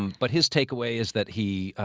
but his takeaway is that he,